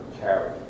carry